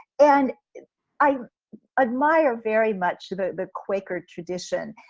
and i admire very much the quaker tradition.